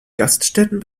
gaststätten